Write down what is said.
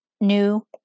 new